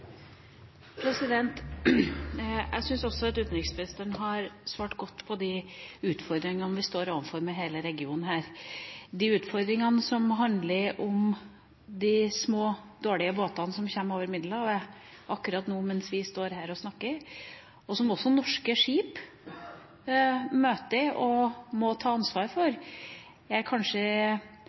Også jeg syns at utenriksministeren har svart godt på de utfordringene vi står overfor i hele denne regionen. De utfordringene som handler om de små, dårlige båtene som kommer over Middelhavet akkurat nå – mens vi står her og snakker – og som også norske skip møter og må ta ansvar for, gir kanskje